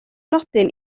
nodyn